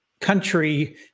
country